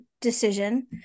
decision